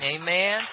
Amen